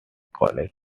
college